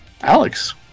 Alex